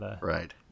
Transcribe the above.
Right